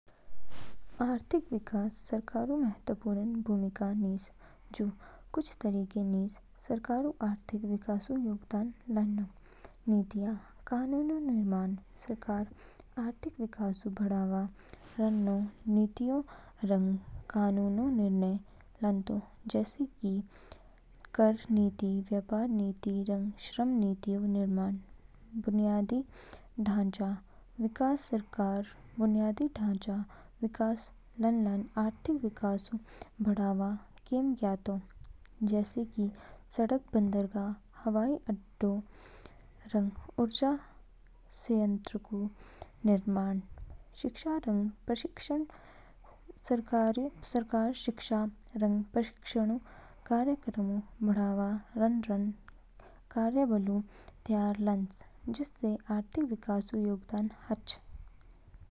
आर्थिक विकास सरकारऊ महत्वपूर्ण भूमिका निज। जू कुछ तरीके निज सरकारऊ आर्थिक विकासऊ योगदान लानो। नीतिया कानूनऊ निर्माण सरकार आर्थिक विकासऊ बढ़ावा रनमो नीतियों रंग कानूनऊ निर्माण लानतो, जैसे कि कर नीतियों, व्यापार नीतियों, रंग श्रम नीतियऊ निर्माण। बुनियादी ढांचाऊ विकास सरकार बुनियादी ढांचाऊ विकास लानलान आर्थिक विकासऊ बढ़ावा केम ज्ञयातो, जैसे कि सड़कें, बंदरगाह, हवाई अड्डे, रंग ऊर्जा संयंत्रोंऊ निर्माण। शिक्षा रंग प्रशिक्षण सरकार शिक्षा रंग प्रशिक्षणऊ कार्यक्रमऊ बढ़ावा रानरान कार्यबलऊ तैयार लान्च, जिससे आर्थिक विकासऊ योगदान हाचो।